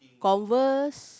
Converse